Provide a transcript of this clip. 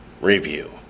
review